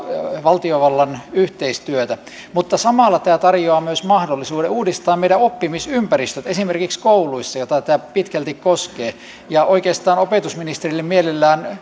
valtiovallan yhteistyötä mutta samalla tämä tarjoaa myös mahdollisuuden uudistaa meidän oppimisympäristömme esimerkiksi kouluissa joita tämä pitkälti koskee oikeastaan opetusministeriltä mielelläni